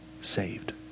saved